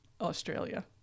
australia